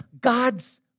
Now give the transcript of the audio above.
God's